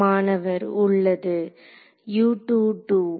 மாணவர் உள்ளது